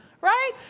Right